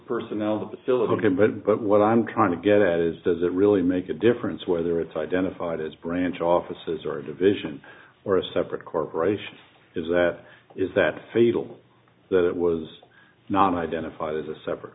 personnel the basilica but but what i'm trying to get at is does it really make a difference whether it's identified as branch offices or division or a separate corporation is that is that fatal that it was not identified as a separate